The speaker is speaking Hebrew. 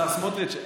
השר סמוטריץ',